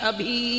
Abhi